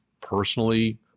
personally